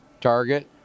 target